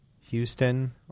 Houston